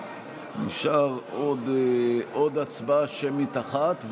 נשארה עוד הצבעה שמית אחת,